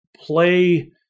play